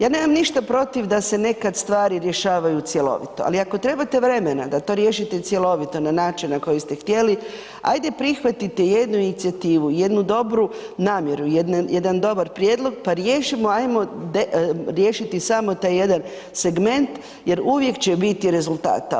Ja nemam ništa protiv da se nekad stvari rješavaju cjelovito, ali ako trebate vremena da to riješite cjelovito na način na koji ste htjeli, hajde prihvatite jednu inicijativu, jednu dobru namjeru, jedan dobar prijedlog pa riješimo, hajmo riješiti samo taj jedan segment jer uvijek će biti rezultata.